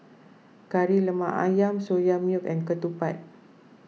Kari Lemak Ayam Soya Milk and Ketupat